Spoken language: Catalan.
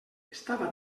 estava